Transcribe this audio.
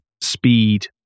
speed